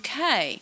UK